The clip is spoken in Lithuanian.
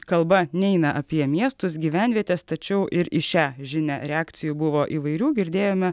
kalba neina apie miestus gyvenvietes tačiau ir į šią žinią reakcijų buvo įvairių girdėjome